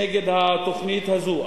נגד התוכנית הזו.